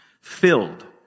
filled